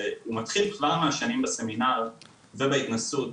והוא מתחיל כבר מהשנים בסמינר, ובהתנסות,